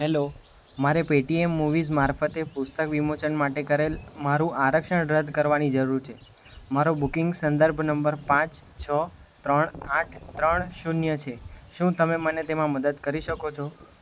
hello મારે Paytm movies મારફતે પુસ્તક વિમોચન માટે કરેલ મારું આરક્ષણ રદ કરવાની જરૂર છે મારો બુકિંગ સંદર્ભ નંબર પાંચ છ ત્રણ આઠ ત્રણ શૂન્ય છે શું તમે મને તેમાં મદદ કરી શકો છો